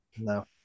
No